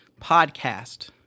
podcast